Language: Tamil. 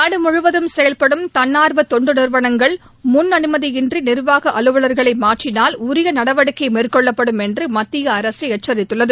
நாடு முழுவதும் செயல்படும் தன்னார்வ தொண்டு நிறுவனங்கள் முன் அனுமதியின்றி நிர்வாக அலுவலர்களை மாற்றினால் உரிய நடவடிக்கை மேற்கொள்ளப்படும் என்று மத்திய அரசு எச்சரித்துள்ளது